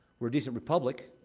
we're a decent republic.